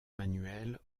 manuel